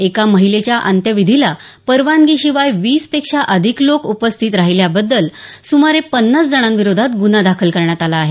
एका महिलेच्या अंत्यविधीला परवानगीशिवाय वीस पेक्षा अधिक लोक उपस्थित राहिल्याबद्दल सुमारे पन्नास जणांविरोधात गुन्हा दाखल करण्यात आला आहे